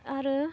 आरो